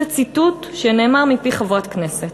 זה ציטוט שנאמר מפי חברת כנסת,